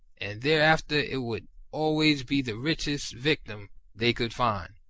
and thereafter it would always be the richest victim they could find.